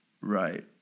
Right